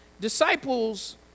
Disciples